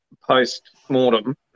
post-mortem